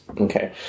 Okay